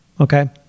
Okay